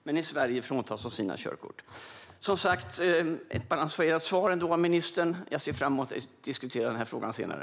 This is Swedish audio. Men i Sverige fråntas de sina körkort. Det var ändå ett balanserat svar av ministern. Jag ser fram emot att diskutera den här frågan senare.